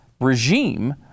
regime